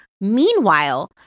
Meanwhile